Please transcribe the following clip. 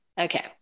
Okay